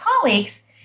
colleagues